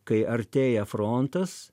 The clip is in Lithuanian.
kai artėja frontas